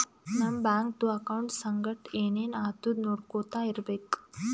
ನಮ್ ಬ್ಯಾಂಕ್ದು ಅಕೌಂಟ್ ಸಂಗಟ್ ಏನ್ ಏನ್ ಆತುದ್ ನೊಡ್ಕೊತಾ ಇರ್ಬೇಕ